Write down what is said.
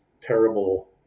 terrible